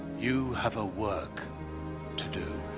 you have a work to do.